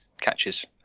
catches